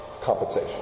Compensation